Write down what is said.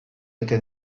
ote